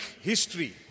history